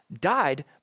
died